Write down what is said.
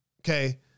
Okay